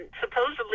supposedly